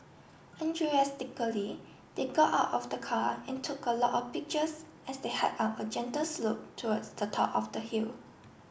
Enthusiastically they got out of the car and took a lot of pictures as they hike up a gentle slope towards the top of the hill